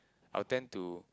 I will tend to